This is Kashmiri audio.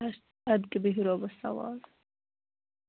اَدٕ کے بِہِو رۄبس حوال